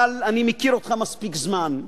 אבל אני מכיר אותך מספיק זמן,